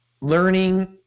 learning